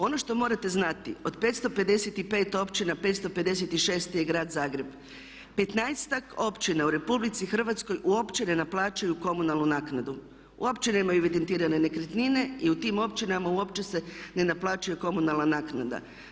Ono što morate znati od 555 općina, 556 je Grad Zagreb, 15 općina u RH uopće ne naplaćuju komunalnu naknadu, uopće nemaju evidentirane nekretnine i u tim općinama uopće se ne naplaćuje komunalna naknada.